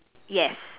yes